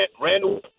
Randall